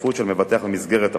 ההשתתפות של מבטח במסגרת "הפול".